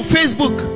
Facebook